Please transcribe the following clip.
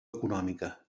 econòmica